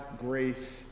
grace